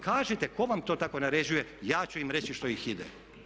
Kažite tko vam to tako naređuje, ja ću im reći što ih ide.